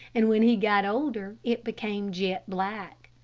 and when he got older, it became jet black.